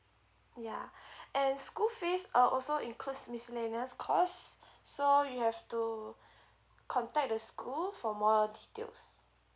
ya and school fees are also includes miscellaneous cost so you have to contact the school for more details